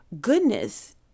goodness